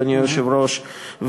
אדוני היושב-ראש,